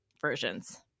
versions